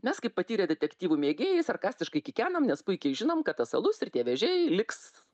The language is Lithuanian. mes kaip patyrę detektyvų mėgėjai sarkastiškai kikenam nes puikiai žinom kad tas alus ir tie vėžiai liks